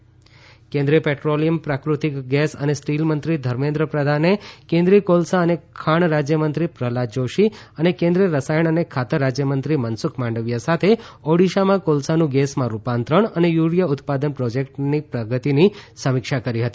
ઓડીશા ધર્મેન્દ્ર પ્રધાન કેન્દ્રિય પેટ્રોલીયમ પ્રાકૃતિક ગેસ અને સ્ટીલ મંત્રી ધર્મેન્દ્ર પ્રધાને કેન્દ્રીય કોલસા અને ખાણ રાજયમંત્રી પ્રહલાદ જોશી અને કેન્દ્રીય રસાયણ અને ખાતર રાજયમંત્રી મનસુખ માંડવીયા સાથે ઓડીશામાં કોલસાનું ગેસમાં રૂપાંતરણ અને યુરીયા ઉત્પાદન પ્રોજેકટની પ્રગતિની સમીક્ષા કરી હતી